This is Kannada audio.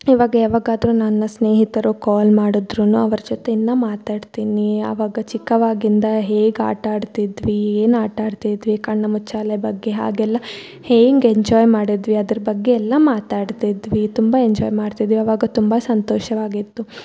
ಇವಾಗ ಯಾವಗಾದರು ನನ್ನ ಸ್ನೇಹಿತರು ಕಾಲ್ ಮಾಡಿದ್ರು ಅವರ ಜೊತೆ ಇನ್ನು ಮಾತಾಡ್ತಿನಿ ಅವಾಗ ಚಿಕ್ಕವಾಗಿಂದ ಹೇಗೆ ಆಟ ಆಡ್ತಿದ್ವಿ ಏನು ಆಟ ಆಡ್ತಿದ್ವಿ ಕಣ್ಣ ಮುಚ್ಚಾಲೆ ಬಗ್ಗೆ ಆಗೆಲ್ಲ ಹೇಂಗೆ ಎಂಜಾಯ್ ಮಾಡಿದ್ವಿ ಅದ್ರ ಬಗ್ಗೆ ಎಲ್ಲ ಮಾತಾಡ್ತಿದ್ವಿ ತುಂಬ ಎಂಜಾಯ್ ಮಾಡ್ತಿದ್ವಿ ಅವಾಗ ತುಂಬ ಸಂತೋಷವಾಗಿತ್ತು